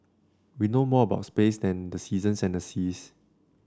we know more about space than the seasons and the seas